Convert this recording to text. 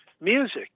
music